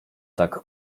tak